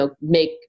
make